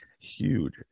huge